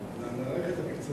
אתה רוצה שאני אגיד לך את האמת?